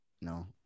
No